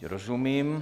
Rozumím.